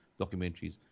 documentaries